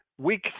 week